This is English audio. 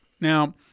Now